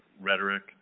rhetoric